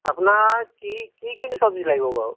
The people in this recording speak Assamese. আপোনাক কি কি চব্জি লাগিব বাৰু